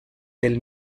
del